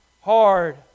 hard